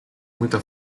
muita